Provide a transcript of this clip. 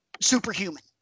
superhuman